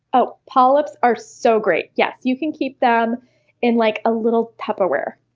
oh polyps are so great! yes, you can keep them in like a little tupperware,